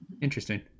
interesting